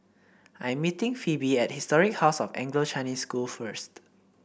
I'm meeting Phoebe at Historic House of Anglo Chinese School first